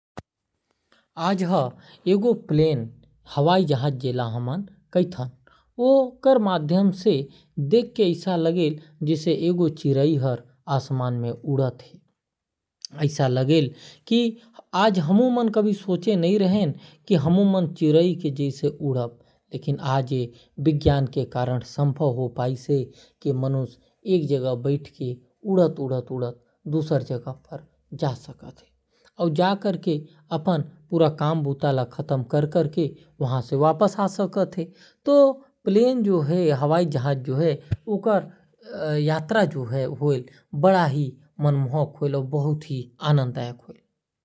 हवाई जहाज ल देख के ऐसा लगेल की एक गो चिराई हर आसमान में उड़त है। आज हमू मन कभी नहीं सोचे रहें कि हमन भी चिराई नियर कहीं भी उड़ के जा सकत ही। और काम बुता ल करके वापिस आ सकत ही। हवाई जहाज ले नजारा भी बहुत सुंदर दाखिल।